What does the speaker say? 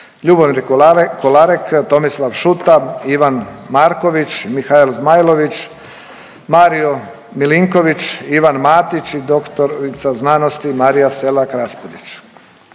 Ljubomir Kolarek, Tomislav Šuta, Ivan Marković, Mihael Zmajlović, Mario Milinković, Ivan Matić i dr. sc. Marija Selak Raspudić.